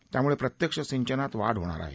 यामुळे प्रत्यक्ष सिंचनात वाढ होणार आहे